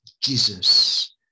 Jesus